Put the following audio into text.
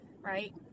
right